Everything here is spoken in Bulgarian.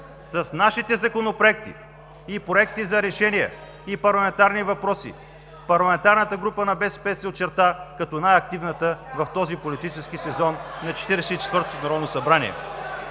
С нашите законопроекти, проекти за решения и парламентарни въпроси Парламентарната група на БСП се очерта като най-активната в този сезон на Четиридесет и четвъртото народно събрание.